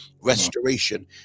restoration